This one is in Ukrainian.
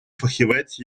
фахівець